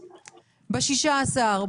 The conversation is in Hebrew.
ב-16,